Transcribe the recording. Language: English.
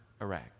Iraq